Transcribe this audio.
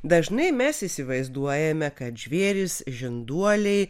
dažnai mes įsivaizduojame kad žvėrys žinduoliai